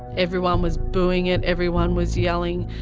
everyone was booing it. everyone was yelling.